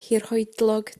hirhoedlog